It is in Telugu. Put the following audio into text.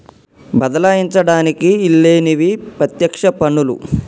బదలాయించడానికి ఈల్లేనివి పత్యక్ష పన్నులు